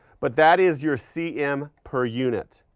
but that is your cm per unit.